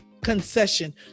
concession